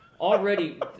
already